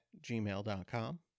gmail.com